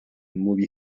movie